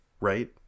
right